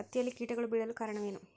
ಹತ್ತಿಯಲ್ಲಿ ಕೇಟಗಳು ಬೇಳಲು ಕಾರಣವೇನು?